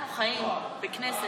אנחנו חיים בכנסת,